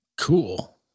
cool